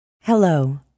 Hello